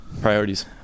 Priorities